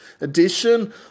Edition